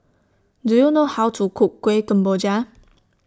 Do YOU know How to Cook Kuih Kemboja